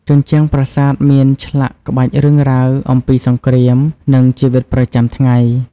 ជញ្ជាំងប្រាសាទមានឆ្លាក់ក្បាច់រឿងរ៉ាវអំពីសង្គ្រាម និងជីវិតប្រចាំថ្ងៃ។